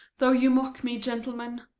though you mock me, gentlemen,